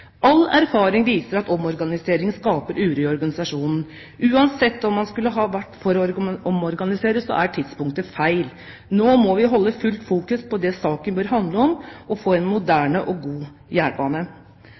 All erfaring viser at omorganisering skaper uro i organisasjonen. Uansett om man skulle ha vært for å omorganisere, så er tidspunktet feil. Nå må vi holde fullt fokus på det saken bør handle om: å få en